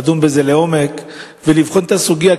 לדון בזה לעומק ולבחון את הסוגיה,